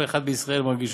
שכל אחד בישראל מרגיש,